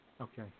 Okay